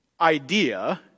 idea